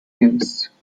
games